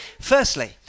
Firstly